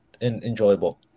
enjoyable